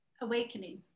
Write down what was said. awakening